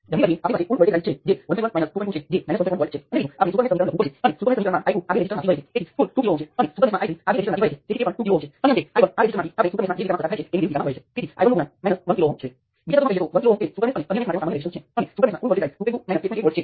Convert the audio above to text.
તેથી જ્યારે તમારી પાસે શોર્ટ સર્કિટ હોય કે જે કહે છે કે રેઝિસ્ટન્સ 0 એ કાયદેસર રજૂઆત છે તો તમે આનો ઉપયોગ ગણતરીમાં કરી શકો છો